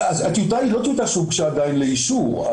הטיוטה היא לא טיוטה שהוגשה עדיין לאישור.